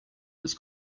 was